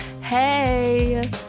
Hey